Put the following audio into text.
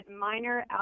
minor